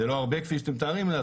זה לא הרבה כפי שאתם שומעים,